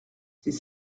c’est